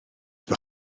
bod